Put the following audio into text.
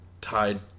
tied